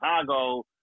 Chicago